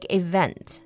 event